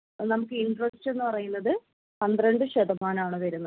നമുക്ക് ഇന്ററസ്റ്റ് എന്ന് പറയുന്നത് പന്ത്രണ്ട് ശതമാനം ആണ് വരുന്നത്